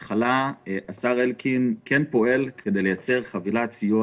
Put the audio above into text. השר אלקין כן פועל כדי לייצר חבילת סיוע